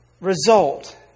result